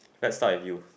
let's start at you